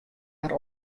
har